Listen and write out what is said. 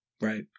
Right